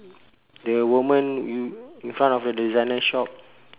the woman you in front of the designer shop